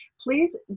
please